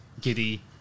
Giddy